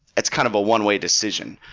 it's kind of a one way decision.